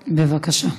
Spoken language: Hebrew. בבקשה.